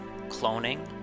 cloning